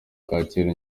kacyiru